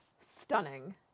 stunning